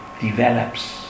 develops